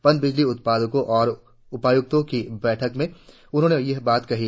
पनबिजली उत्पादको और उपायुक्तों की बैठक में ईटानगर में उन्होंने ये बात कही